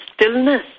stillness